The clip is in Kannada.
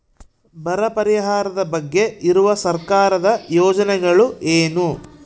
ಬರ ಪರಿಹಾರದ ಬಗ್ಗೆ ಇರುವ ಸರ್ಕಾರದ ಯೋಜನೆಗಳು ಏನು?